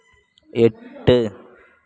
எட்டு